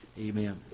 Amen